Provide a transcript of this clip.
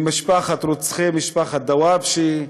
למשפחות רוצחי משפחת דוואבשה,